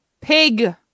pig